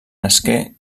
nasqué